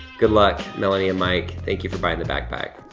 good luck, melanie and mike, thank you for buying the backpack.